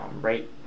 right